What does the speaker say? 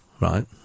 Right